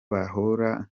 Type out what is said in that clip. babahora